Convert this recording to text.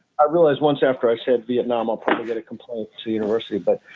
i realize once after i said vietnam i'll probably get a complaint to the university. but